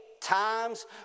times